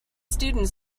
students